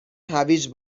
هویج